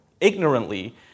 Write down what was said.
ignorantly